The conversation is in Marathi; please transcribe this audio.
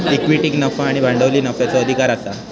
इक्विटीक नफा आणि भांडवली नफ्याचो अधिकार आसा